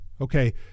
okay